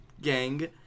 Gang